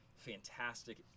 fantastic